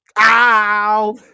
Ow